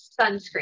Sunscreen